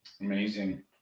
Amazing